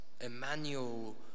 Emmanuel